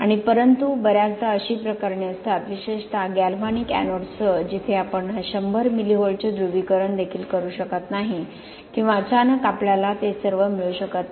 आणि परंतु बर्याचदा अशी प्रकरणे असतात विशेषत गॅल्व्हॅनिक एनोड्ससह जिथे आपण 100 मिली व्होल्टचे ध्रुवीकरण देखील करू शकत नाही किंवा अचानक आपल्याला ते सर्व वेळ मिळू शकत नाही